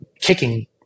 kicking